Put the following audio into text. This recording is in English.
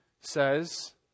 says